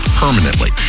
permanently